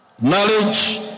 Knowledge